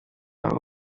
aho